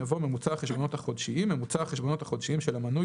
יבוא: ""ממוצע החשבונות החודשיים" ממוצע החשבונות החודשיים של המנוי